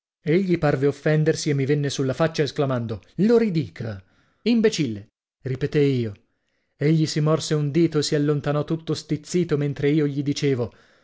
egli parve offendersi e mi venne sulla faccia esclamando lo ridica imbecille ripetei io egli si morse un dito e si allontanò tutto stizzito mentre io gli dicevo